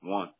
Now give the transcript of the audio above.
One